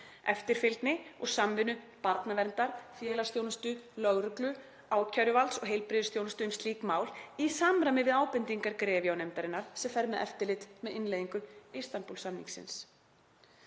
eftirfylgni og samvinnu barnaverndar, félagsþjónustu, lögreglu, ákæruvalds og heilbrigðisþjónustu um slík mál í samræmi við ábendingar GREVIO-nefndarinnar sem fer með eftirlit með innleiðingu Istanbúl-samningsins.